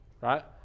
right